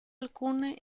alcune